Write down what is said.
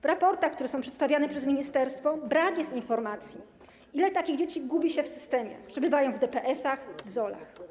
W raportach, które są przedstawiane przez ministerstwo, brak jest informacji, ile takich dzieci gubi się w systemie, przebywa w DPS-ach i w ZOL-ach.